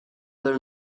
their